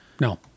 no